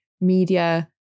media